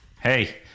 Hey